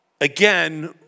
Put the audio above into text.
again